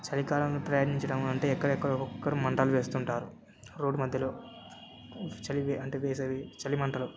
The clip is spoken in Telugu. చలికాలంలో ప్రయాణించడం అంటే ఎక్కడెక్కడో ఒకొక్కరు మంటలు వేస్తుంటారు రోడ్డు మధ్యలో చలి అంటే వేసవి చలి మంటలు